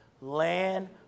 Land